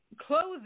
clothing